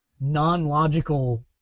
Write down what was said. non-logical